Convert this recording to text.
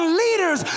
leaders